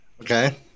Okay